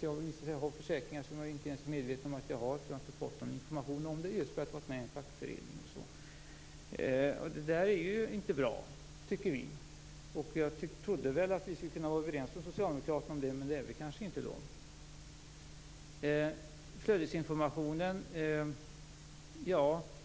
Det har visat sig att jag har försäkringar som jag inte varit medveten om just därför att jag har gått med i en fackförening. Jag har inte fått någon information om försäkringarna. Det är inte bra, tycker vi. Jag trodde att vi skulle kunna vara överens med socialdemokraterna om det, men det är vi kanske inte.